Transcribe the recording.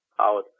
out